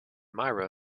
mira